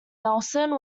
nelson